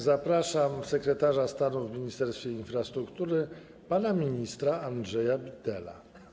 Zapraszam sekretarza stanu w Ministerstwie Infrastruktury pana ministra Andrzeja Bittela.